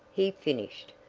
he finished.